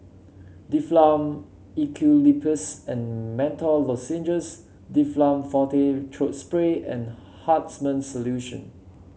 Difflam Eucalyptus and Menthol Lozenges Difflam Forte Throat Spray and Hartman's Solution